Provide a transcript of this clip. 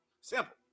Simple